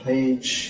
Page